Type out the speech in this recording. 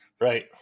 Right